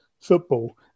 football